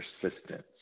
persistence